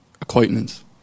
Acquaintance